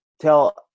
tell